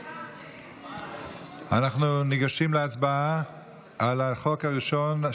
אנחנו ניגשים להצבעה על החוק הראשון,